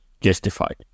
justified